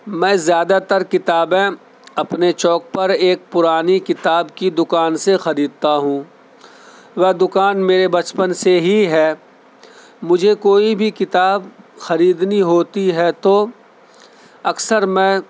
میں زیادہ تر کتابیں اپنے چوک پر ایک پرانی کتاب کی دکان سے خریدتا ہوں وہ دکان میرے بچپن سے ہی ہے مجھے کوئی بھی کتاب خریدنی ہوتی ہے تو اکثر میں